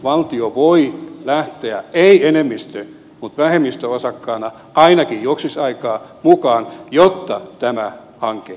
valtio voi lähteä ei enemmistö mutta vähemmistöosakkaana ainakin joksikin aikaa mukaan jotta tämä hanke onnistuu